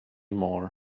more